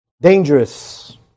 Dangerous